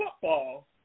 football